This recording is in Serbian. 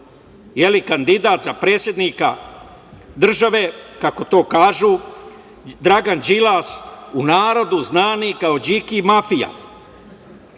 oglasio kandidat za predsednika države, kako to kažu, Dragan Đilas, u narodu znani kao „Điki mafija“.